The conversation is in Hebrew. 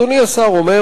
אדוני השר אומר,